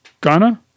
Ghana